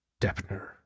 Deppner